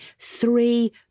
three